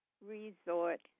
resort